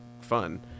fun